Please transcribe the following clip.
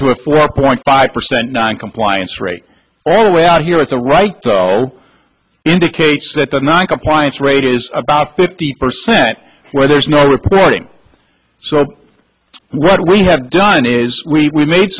to a four point five percent noncompliance rate all the way out here at the right indicates that the noncompliance rate is about fifty percent where there's no reporting so what we have done is we made